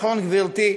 משפט אחרון, גברתי.